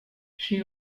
she